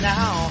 Now